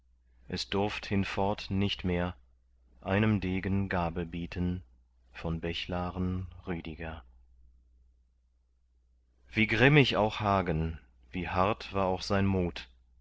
es durft hinfort nicht mehr einem degen gabe bieten von bechlaren rüdiger wie grimmig auch hagen wie hart war auch sein mut